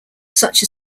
such